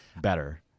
better